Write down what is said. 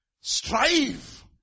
strive